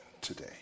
today